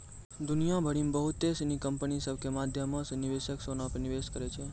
दुनिया भरि मे बहुते सिनी कंपनी सभ के माध्यमो से निवेशक सोना पे निवेश करै छै